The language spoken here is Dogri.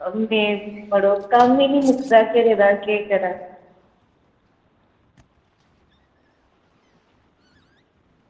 में मड़ो कम्म निं मुक्कदा घरै दा केह् करां